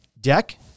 Deck